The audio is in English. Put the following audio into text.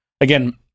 Again